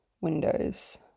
windows